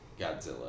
Godzilla